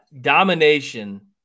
domination